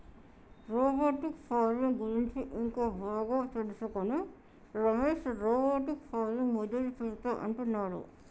robotic farming గురించి ఇంకా బాగా తెలుసుకొని రమేష్ రోబోటిక్ ఫార్మింగ్ మొదలు పెడుతా అంటున్నాడు